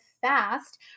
fast